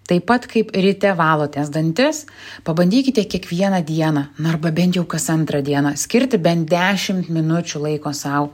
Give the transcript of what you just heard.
taip pat kaip ryte valotės dantis pabandykite kiekvieną dieną na arba bent jau kas antrą dieną skirti bent dešimt minučių laiko sau